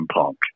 Punk